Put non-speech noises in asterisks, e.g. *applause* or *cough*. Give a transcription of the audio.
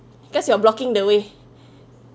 cause you're blocking the way *breath*